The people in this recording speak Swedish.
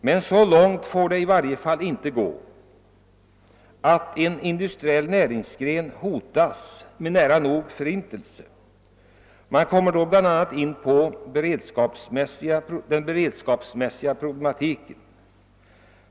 Men så långt får det i alla fall inte gå, att en hel industriell näringsgren hotas nära nog med förintelse. Man kommer här bl.a. in på be redskapsproblemet.